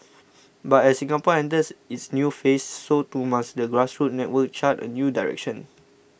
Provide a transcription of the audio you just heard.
but as Singapore enters its new phase so too must the grassroots network chart a new direction